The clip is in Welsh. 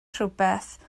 rhywbeth